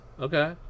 Okay